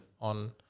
on